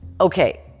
Okay